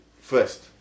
first